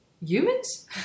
Humans